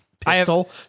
pistol